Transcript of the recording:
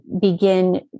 begin